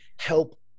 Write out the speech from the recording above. help